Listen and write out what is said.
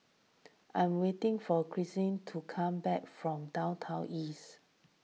I am waiting for Christeen to come back from Downtown East